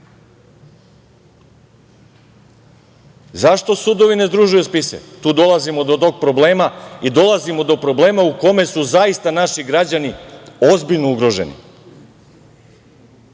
sudovi ne združuju spise? Tu dolazimo do tog problema i dolazimo do problema u kome su zaista naši građani ozbiljno ugroženi.